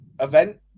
event